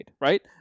right